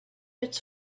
its